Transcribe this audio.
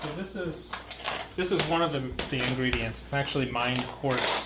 this is this is one of the the ingredients, it's actually mined quartz.